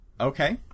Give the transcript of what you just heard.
Okay